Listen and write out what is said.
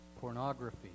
Pornography